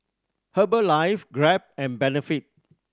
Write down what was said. Herbalife Grab and Benefit